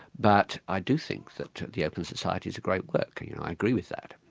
but i do think that the open society is a great work and you know i agree with that,